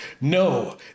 No